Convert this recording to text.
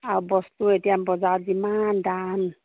আৰু বস্তু এতিয়া বজাৰত যিমান দাম